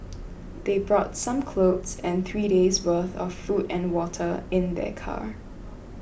they brought some clothes and three days worth of food and water in their car